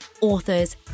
authors